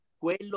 quello